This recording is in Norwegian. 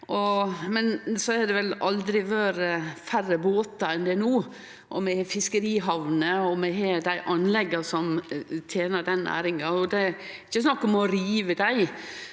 men det har vel aldri vore færre båtar enn det er no. Vi har fiskerihamnene og dei anlegga som tener den næringa. Det er ikkje snakk om å rive dei.